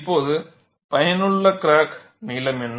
இப்போது பயனுள்ள கிராக் நீளம் என்ன